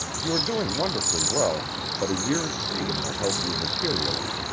you are doing wonderfully well, but a year's freedom will help you materially,